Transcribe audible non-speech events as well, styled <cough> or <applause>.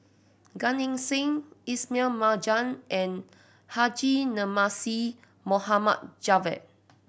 Gan Eng Seng Ismail Marjan and Haji Namazie <unintelligible> Javad